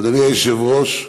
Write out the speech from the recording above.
אדוני היושב-ראש,